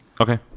Okay